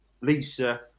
Lisa